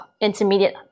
intermediate